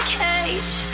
cage